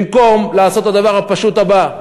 במקום לעשות את הדבר הפשוט הבא: